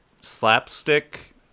Slapstick